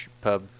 Pub